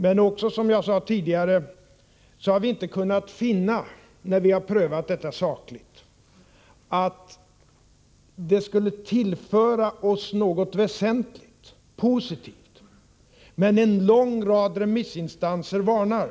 Men som jag också sade tidigare har vi, när vi prövat denna fråga sakligt, inte kunnat finna att det skulle tillföra oss någonting väsentligt positivt. En lång rad remissinstanser varnar.